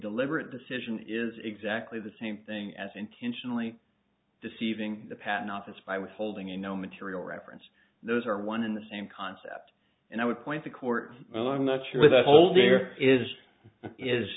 deliberate decision is exactly the same thing as intentionally deceiving the patent office by withholding a no material reference those are one in the same concept and i would point the court well i'm not sure the whole there is is